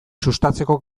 sustatzeko